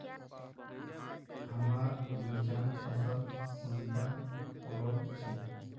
हमार मिर्चन फसल कुंडा रोग छै?